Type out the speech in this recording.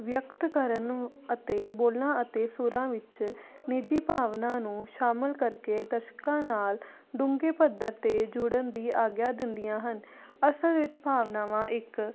ਵਿਅਕਤ ਕਰਨ ਅਤੇ ਬੋਲਣਾ ਅਤੇ ਸੁਰਾਂ ਵਿੱਚ ਨਿੱਜੀ ਭਾਵਨਾ ਨੂੰ ਸ਼ਾਮਿਲ ਕਰਕੇ ਦਰਸ਼ਕਾਂ ਨਾਲ ਡੂੰਘੇ ਪੱਧਰ 'ਤੇ ਜੁੜਨ ਦੀ ਆਗਿਆ ਦਿੰਦੀਆਂ ਹਨ ਅਸਲ ਵਿੱਚ ਭਾਵਨਾਵਾਂ ਇੱਕ